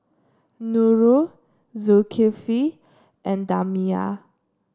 Nurul Zulkifli and Damia